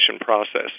process